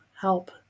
help